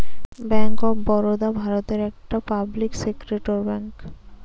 bank of Baroda ভারতের একটা public sector bank